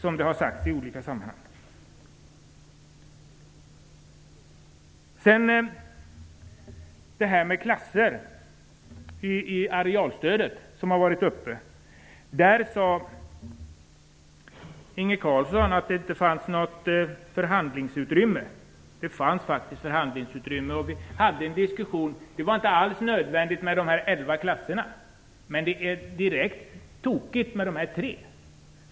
Sedan var det frågan om klasser i arealstödet. Inge Carlsson sade att det inte fanns något förhandlingsutrymme. Det fanns faktiskt ett förhandlingsutrymme. Vi hade en diskussion. Det var inte alls nödvändigt med de elva klasserna. Men det är direkt tokigt med tre.